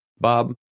Bob